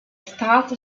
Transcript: start